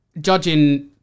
judging